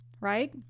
right